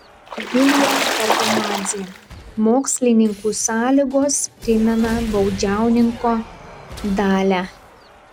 vilija targamadzė mokslininkų sąlygos primena baudžiauninko dalią